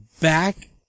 back